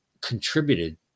contributed